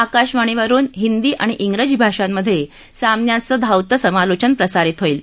आकाशवाणीवरुन हिंदी आणि इंग्रजी भाषांमधे सामन्यांचं धावतं समालोचन प्रसारित होईल